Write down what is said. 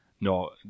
no